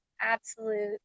absolute